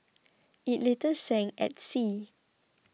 it later sank at sea